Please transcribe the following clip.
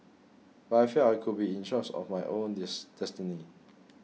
but I felt I could be in charge of my own dis destiny